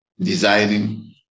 designing